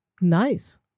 Nice